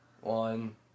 One